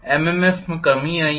MMFमें कमी आई है